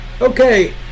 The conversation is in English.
Okay